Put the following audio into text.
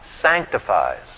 sanctifies